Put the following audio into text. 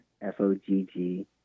F-O-G-G